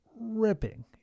ripping